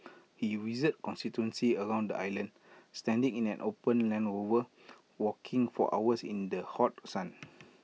he visited constituencies around the island standing in an open land Rover walking for hours in the hot sun